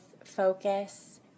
focus